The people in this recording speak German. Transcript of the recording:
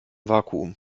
vakuum